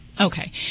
Okay